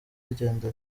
zigenda